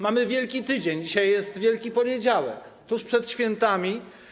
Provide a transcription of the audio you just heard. Mamy Wielki Tydzień, dzisiaj jest Wielki Poniedziałek, jest tuż przed świętami.